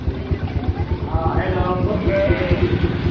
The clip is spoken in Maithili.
हँ हैलो